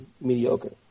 mediocre